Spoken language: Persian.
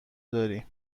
درای